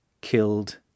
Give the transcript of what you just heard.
killed